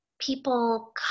people